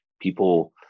people